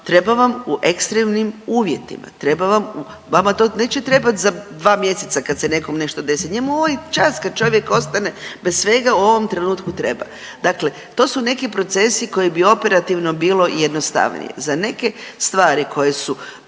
Treba vam u ekstremnim uvjetima. Vama to neće trebati za dva mjeseca kad se nekom nešto desi. Njemu ovaj čas kad čovjek ostane bez svega u ovom trenutku treba. Dakle, to su neki procesi koje bi operativno bilo i jednostavnije. Za neke stvari koje su